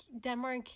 denmark